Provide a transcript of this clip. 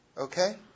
Okay